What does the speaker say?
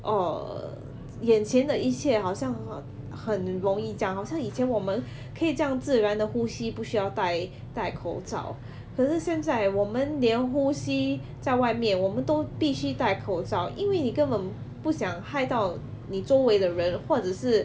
orh 眼前的一切好像很很容易酱好像以前我们可以这样自然地呼吸不需要戴戴口罩可是现在我们连呼吸在外面我们都必须戴口罩因为你根本不想害到你周围的人或者是